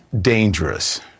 dangerous